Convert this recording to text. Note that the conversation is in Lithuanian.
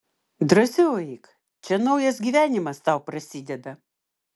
drąsiau eik čia naujas gyvenimas tau prasideda